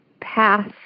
path